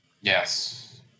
Yes